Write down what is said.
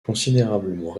considérablement